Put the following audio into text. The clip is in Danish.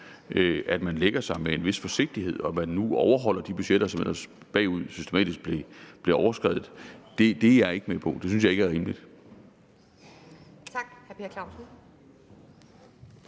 at man lægger det med en vis forsigtighed og man overholder de budgetter, som ellers systematisk blev overskredet tidligere, er jeg ikke med på. Det synes jeg ikke er rimeligt.